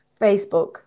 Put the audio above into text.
Facebook